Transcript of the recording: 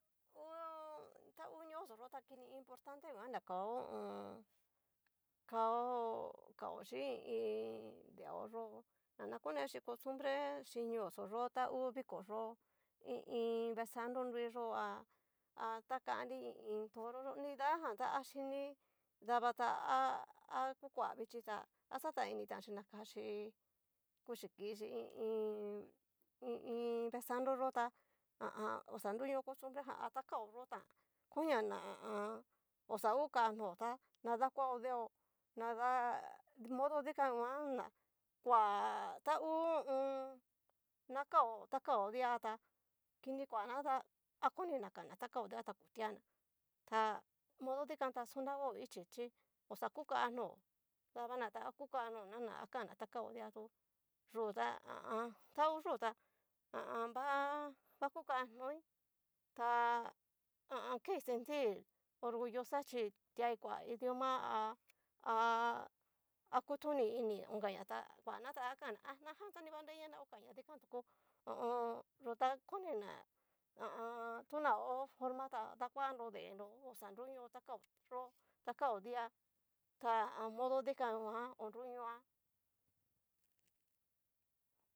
U. ta hu ñoo xo yo ta kini imporgtante nguan na kao ho o on. kao kao chi i iin deoyó na na kochi costumbre xhí ñoxo yó ta ngu viko yo'o, i iin vesandro nruiyo ha atakanri i iin iin toro yo'o nidajan tá, axhini daba ta ha ha cukua vichi tá axatanini tanxi kachi kuxhi kixhi i iin, i iin vesanto yo tá ha a an xa nruño costumbre ján a takao yo tán koñia na ha a an. oxa kukanj no ta nadakuao deo nada modo dikan nguan ná koa ta ngu ho o on. nakao ta kao di'a tá, kikuana tá akonina kan na ta kao di'a ta otuana, ta modo dikan ta xonago ichi chí, oxa ukan n'o dabana akukan nona na kanna ta kao di'a tu yu tá ha a an ta hú yu tá ha a an va kukan noi ha kei sentir orgullosa chi tuai koa idioma ha- ha kutoni ini onkaña tá kuana ta akanna najan ta ni va nreña na kan ña dikan toko ho o on. yu ta koni ná ha a an tu na ho forma ta dakuanro denro xa nruño ta kao yó ta kao di'a ta ha a an modo dikan nguan o nruñoa.